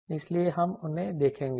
इसलिए हम उन्हें देखेंगे